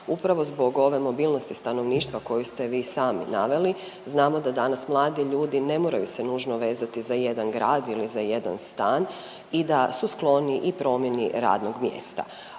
upravo zbog ove mobilnosti stanovništva koju ste i vi sami naveli. Znamo da danas mladi ljudi ne moraju se nužno vezati za jedan grad ili za jedan stan i da su skloni i promjeni radnog mjesta.